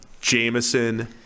Jameson